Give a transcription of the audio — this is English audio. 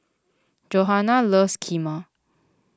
Johana loves Kheema